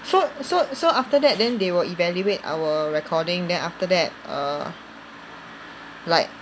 so so so after that then they will evaluate our recording then after that err like